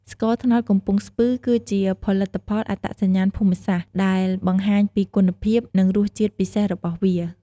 ស្ករត្នោតកំពង់ស្ពឺ គឺជាផលិតផលអត្តសញ្ញាណភូមិសាស្ត្រ ដែលបង្ហាញពីគុណភាព និងរសជាតិពិសេសរបស់វា។